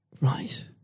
Right